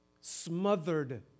smothered